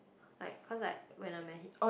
like cause like when I'm at h~